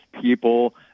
people